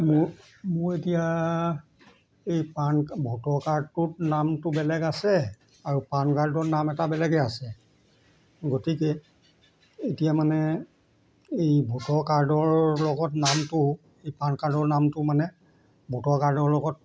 মোৰ মোৰ এতিয়া এই পান ভোটৰ কাৰ্ডটোত নামটো বেলেগ আছে আৰু পান কাৰ্ডৰ নাম এটা বেলেগে আছে গতিকে এতিয়া মানে এই ভোটৰ কাৰ্ডৰ লগত নামটো এই পান কাৰ্ডৰ নামটো মানে ভোটৰ কাৰ্ডৰ লগত